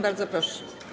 Bardzo proszę.